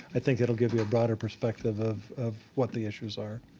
i think it will give you a broader perspective of of what the issues are.